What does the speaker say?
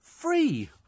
free